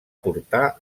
portar